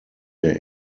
der